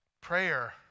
Prayer